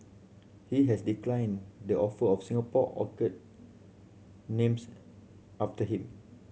he has declined the offer of Singapore orchid names after him